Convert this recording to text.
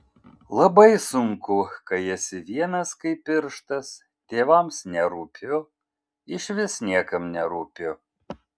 labai sunku kai esi vienas kaip pirštas tėvams nerūpiu išvis niekam nerūpiu